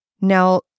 Now